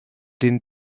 den